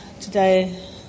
today